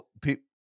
people